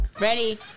Ready